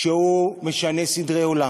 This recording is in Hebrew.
שהוא משנה סדרי עולם,